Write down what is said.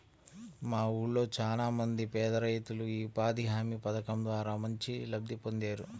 మా ఊళ్ళో చానా మంది పేదరైతులు యీ ఉపాధి హామీ పథకం ద్వారా మంచి లబ్ధి పొందేరు